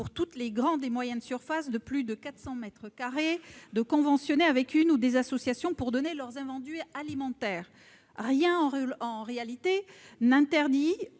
pour toutes les grandes et moyennes surfaces de plus de 400 mètres carrés, le conventionnement avec une ou des associations en vue de leur donner leurs invendus alimentaires. En réalité, rien n'interdit